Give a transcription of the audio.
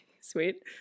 Sweet